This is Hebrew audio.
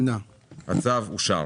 הצבעה הצו אושר.